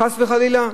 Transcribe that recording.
חס וחלילה.